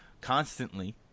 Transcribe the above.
constantly